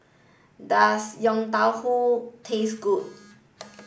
does Yong Tau Foo taste good